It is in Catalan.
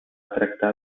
tractar